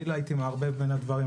אני לא הייתי מערבב בין הדברים,